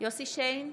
יוסף שיין,